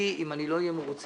אם אני לא אהיה מרוצה,